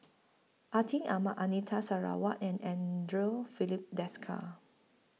Atin Amat Anita Sarawak and Andre Filipe Desker